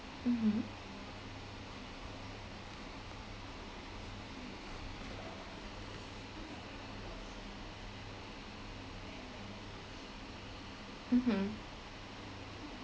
mmhmm mmhmm